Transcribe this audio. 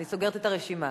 אני סוגרת את הרשימה.